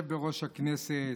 היושב בראש הכנסת,